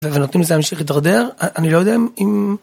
ונותנים לזה להמשיך להתדרדר? אני לא יודע אם...